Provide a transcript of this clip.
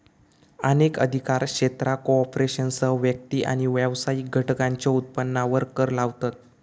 अनेक अधिकार क्षेत्रा कॉर्पोरेशनसह व्यक्ती आणि व्यावसायिक घटकांच्यो उत्पन्नावर कर लावतत